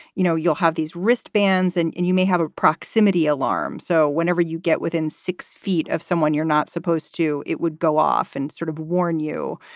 you know, you'll have these wristbands and and you may have a proximity alarm. so whenever you get within six feet of someone, you're not supposed to it would go off and sort of warn you,